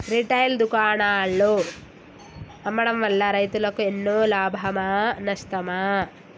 Retail దుకాణాల్లో అమ్మడం వల్ల రైతులకు ఎన్నో లాభమా నష్టమా?